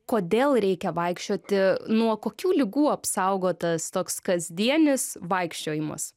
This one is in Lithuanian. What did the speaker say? kodėl reikia vaikščioti nuo kokių ligų apsaugo tas toks kasdienis vaikščiojimas